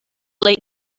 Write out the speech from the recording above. late